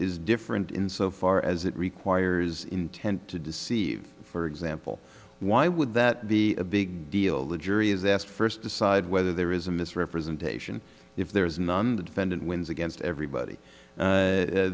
is different in so far as it requires intent to deceive for example why would that be a big deal the jury is asked first decide whether there is a misrepresentation if there is none the defendant wins against everybody